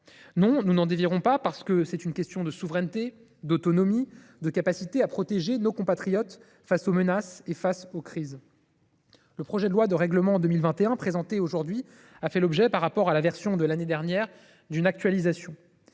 Non, nous n’en dévierons pas, parce que c’est une question de souveraineté, d’autonomie et de capacité à protéger nos compatriotes face aux menaces et aux crises. Le projet de loi de règlement de 2021 présenté aujourd’hui a fait l’objet, par rapport à la version de l’année dernière, d’une actualisation.